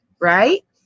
right